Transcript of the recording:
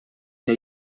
què